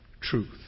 truth